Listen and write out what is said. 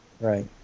Right